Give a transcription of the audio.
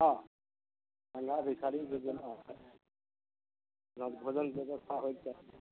हँ